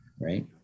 right